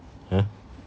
!huh!